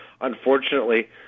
unfortunately